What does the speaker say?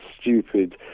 stupid